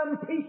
peace